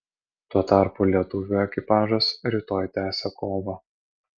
tuo tarpu lietuvių ekipažas rytoj tęsia kovą